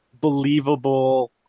believable